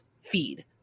feed